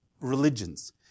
religions